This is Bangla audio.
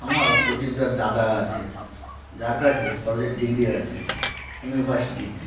আমার পরিচিত এক দাদা আছে যার কাছে কলেজের ডিগ্রি আছে এমএ পাস ডিগ্রি